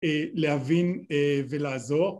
להבין ולעזור